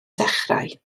dechrau